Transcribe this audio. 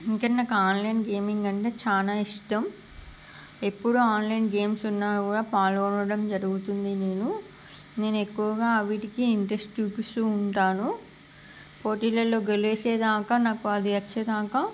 ఇంకా నాకు online gaming అంటే చాలా ఇష్టం ఎప్పుడు ఆన్లైన్ గేమ్స్ ఉన్నా కూడా పాల్గొనడం జరుగుతుంది నేను నేను ఎక్కువగా వీటికి ఇంట్రెస్ట్ చూపిస్తూ ఉంటాను పోటీలలో గెలిచేదాక నాకు అది వచ్చేదాకా